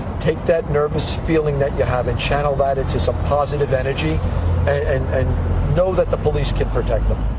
take that nervous feeling that you have and channel that into some positive energy and and know that the police can protect them.